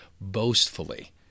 boastfully